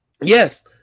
Yes